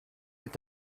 est